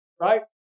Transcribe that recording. right